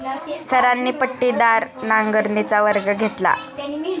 सरांनी पट्टीदार नांगरणीचा वर्ग घेतला